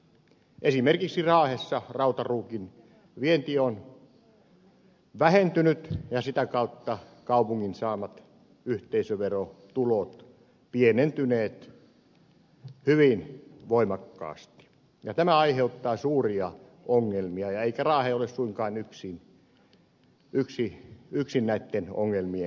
esimerkiksi raahessa rautaruukin vienti on vähentynyt ja sitä kautta kaupungin saamat yhteisöverotulot pienentyneet hyvin voimakkaasti ja tämä aiheuttaa suuria ongelmia eikä raahe ole suinkaan yksin näitten ongelmien edessä